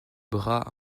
bras